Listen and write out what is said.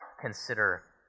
consider